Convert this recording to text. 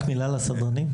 רק מילה על הסדרנים,